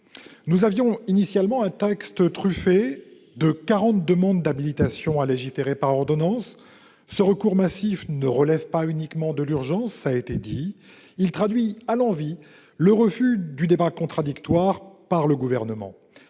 était, initialement, truffé de 40 demandes d'habilitation à légiférer par ordonnance ; ce recours massif ne relève pas uniquement de l'urgence, il traduit à l'envi le refus du débat contradictoire par le Gouvernement.